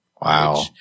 Wow